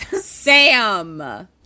Sam